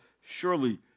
surely